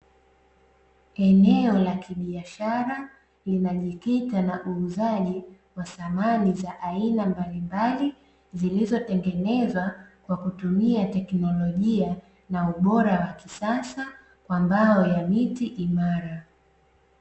Eneo la kibiashara linajikita na uuzaji wa samani za aina mbalimbali zilizotengenezwa kwa kutumia teknolojia na ubora wa kisasa kwa mbao ya miti imara.